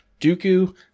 Dooku